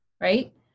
right